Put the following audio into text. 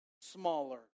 smaller